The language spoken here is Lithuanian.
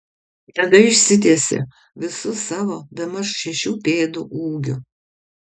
tada išsitiesė visu savo bemaž šešių pėdų ūgiu